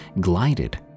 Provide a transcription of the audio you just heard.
glided